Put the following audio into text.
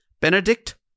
Benedict